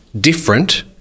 different